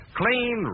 clean